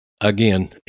again